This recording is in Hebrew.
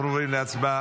אנחנו עוברים להצבעה.